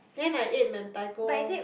then I ate Mentaiko